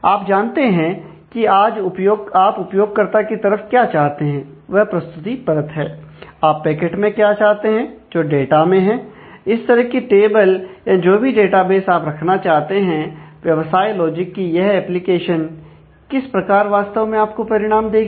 आप जानते हैं कि आप उपयोगकर्ता की तरफ क्या चाहते हैं वह प्रस्तुति परत है आप पैकेट मैं क्या चाहते हैं जो डाटा में हैं इस तरह की टेबल या जो भी डेटाबेस आप रखना चाहते हैं व्यवसाय लॉजिक की यह एप्लीकेशन किस प्रकार वास्तव में आपको परिणाम देगी